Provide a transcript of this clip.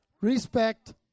Respect